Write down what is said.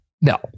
no